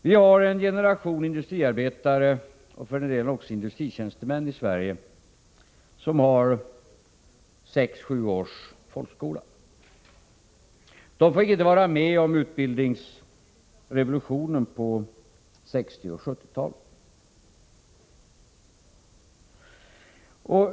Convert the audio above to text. Vi har i Sverige en generation industriarbetare, och för den delen också industritjänstemän, som har 6-7 års folkskola. De fick inte vara med om utbildningsrevolutionen på 1960 och 1970-talen.